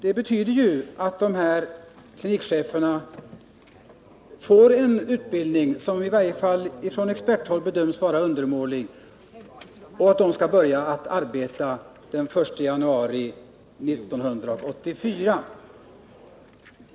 Det betyder att dessa klinikchefer får en utbildning som i varje fall från experthåll bedöms vara undermålig, och de skall börja arbeta den 1 januari 1984.